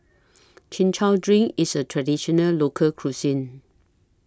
Chin Chow Drink IS A Traditional Local Cuisine